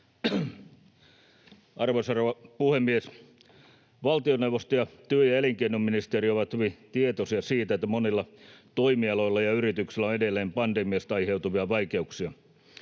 rouva puhemies! Valtioneuvosto ja työ- ja elinkeinoministeriö ovat hyvin tietoisia siitä, että monilla toimialoilla ja yrityksillä on edelleen pandemiasta aiheutuvia vaikeuksia.